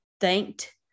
thanked